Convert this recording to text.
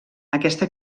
aquesta